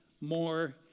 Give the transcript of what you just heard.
more